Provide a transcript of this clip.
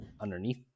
underneath